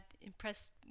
impressed